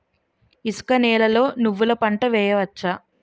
ఇసుక నేలలో నువ్వుల పంట వేయవచ్చా?